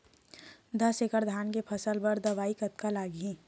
दस एकड़ धान के फसल बर दवई कतका लागही?